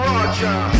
Roger